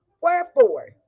wherefore